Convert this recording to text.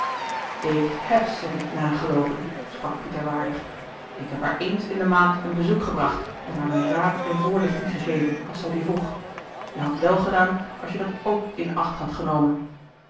ik heb ze niet nageloopen sprak pieter waardig ik heb haar eens in de maand een bezoek gebracht en haar mijn raad en voorlichting gegeven als zij die vroeg je hadt wèl gedaan als je dat ook in acht had genomen